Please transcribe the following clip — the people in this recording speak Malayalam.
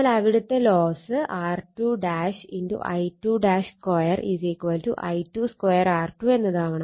എന്നാൽ ഇവുടത്തെ loss R2 I2 2 I2 2 R2 എന്നതാവണം